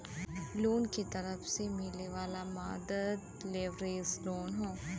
bank के तरफ से लोन में मिले वाला मदद लेवरेज लोन हौ